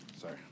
Sorry